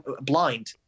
blind